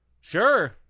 Sure